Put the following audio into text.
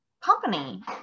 company